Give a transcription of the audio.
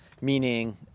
Meaning